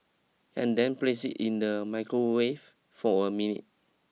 and then place it in the microwave for a minute